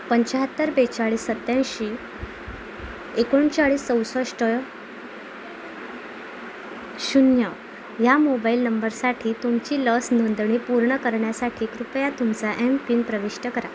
पंचहत्तर बेचाळीस सत्याऐंशी एकोणचाळीस चौसष्ट शून्य ह्या मोबाईल नंबरसाठी तुमची लस नोंदणी पूर्ण करण्यासाठी कृपया तुमचा एम पिन प्रविष्ट करा